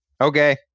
okay